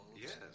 yes